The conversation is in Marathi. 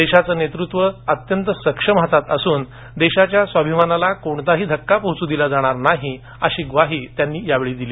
देशाचं नेतृत्व अत्यंत सक्षम हातात असून देशाच्या स्वाभिमानाला कोणताही धक्का पोहचू दिला जाणार नाही अशी ग्वाही त्यांनी दिली